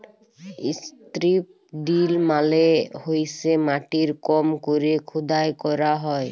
strip drill মালে হইসে মাটির কম কইরে খুদাই ক্যইরা হ্যয়